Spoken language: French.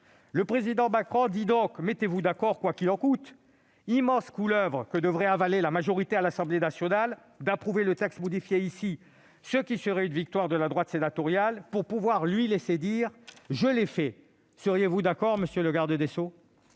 Le Président Macron nous dit donc :« Mettez-vous d'accord quoi qu'il en coûte ». Ce serait une immense couleuvre que devrait avaler la majorité à l'Assemblée nationale si elle devait approuver le texte modifié ici- cela constituerait une victoire de la droite sénatoriale -, pour pouvoir lui laisser dire :« Je l'ai fait. » Seriez-vous d'accord, monsieur le garde des sceaux ?